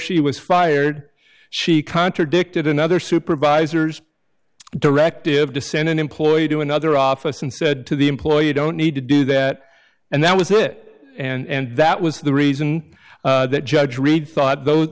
she was fired she contradicted another supervisor's directive to send an employee to another office and said to the employee don't need to do that and that was it and that was the reason that judge reed thought tho